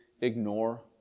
ignore